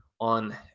on